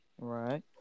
Right